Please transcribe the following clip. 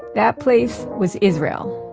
that place was israel